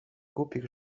głupich